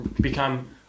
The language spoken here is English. become